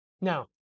Now